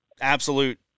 absolute